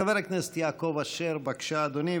חבר הכנסת יעקב אשר, בבקשה, אדוני.